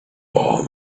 all